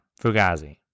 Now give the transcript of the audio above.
Fugazi